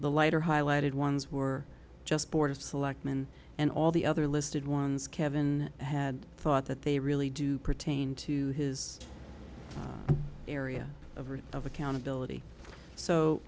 the lighter highlighted ones were just board of selectmen and all the other listed ones kevin had thought that they really do pertain to his area of writ of accountability so